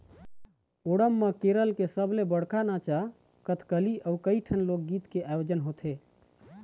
ओणम म केरल के सबले बड़का नाचा कथकली अउ कइठन लोकगीत के आयोजन होथे